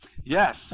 Yes